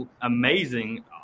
amazing